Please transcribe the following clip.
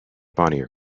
bonnier